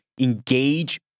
engage